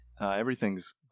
Everything's